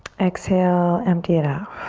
exhale, empty it out.